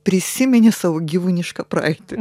prisiminė savo gyvūnišką praeitį